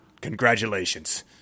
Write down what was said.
congratulations